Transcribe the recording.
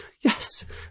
Yes